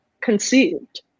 conceived